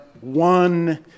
one